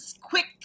quick